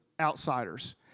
outsiders